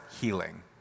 healing